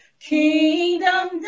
kingdom